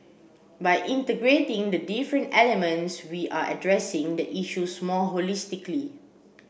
by integrating the different elements we are addressing the issues more holistically